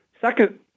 Second